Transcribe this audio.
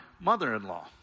mother-in-law